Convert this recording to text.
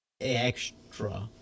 extra